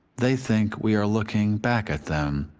they think we are looking back at them,